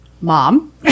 Mom